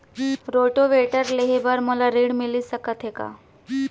Rotavator लेहे बर मोला ऋण मिलिस सकत हे का?